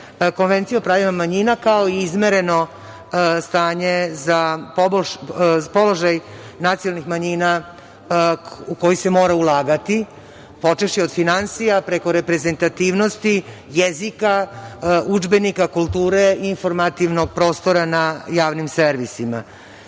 konvencije o pravima manjina, kao i izmereno stanje za položaj nacionalnih manjina u koji se mora ulagati, počevši od finansija preko reprezentativnosti, jezika, udžbenika, kulture, informativnog prostora na javnim servisima. Tu